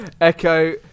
Echo